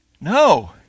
no